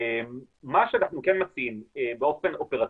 מה שאנחנו מציעים באופן אופרטיבי,